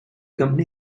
company